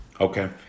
Okay